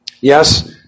Yes